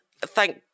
Thank